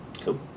Cool